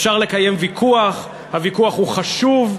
אפשר לקיים ויכוח, הוויכוח הוא חשוב,